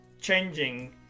changing